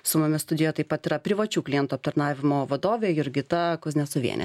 su mumis studijo taip pat yra privačių klientų aptarnavimo vadovė jurgita kuznecovienė